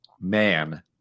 Man